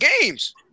games